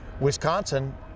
Wisconsin